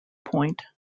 point